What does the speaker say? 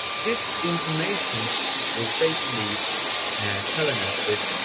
this information is basically telling us that